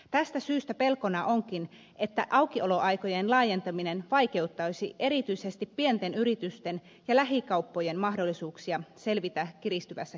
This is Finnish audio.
tästä syystä pelkona onkin että aukioloaikojen laajentaminen vaikeuttaisi erityisesti pienten yritysten ja lähikauppojen mahdollisuuksia selvitä kiristyvässä kilpailussa